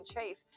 chief